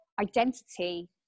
identity